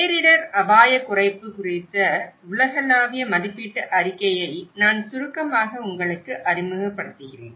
பேரிடர் அபாயக் குறைப்பு குறித்த உலகளாவிய மதிப்பீட்டு அறிக்கையை நான் சுருக்கமாக உங்களுக்கு அறிமுகப்படுத்துகிறேன்